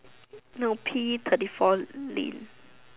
no P thirty four lin